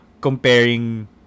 comparing